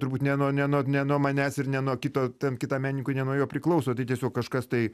turbūt ne nuo ne nuo ne nuo manęs ir ne nuo kito ten kitam medikui ne nuo jo priklauso tai tiesiog kažkas tai